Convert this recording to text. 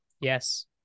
Yes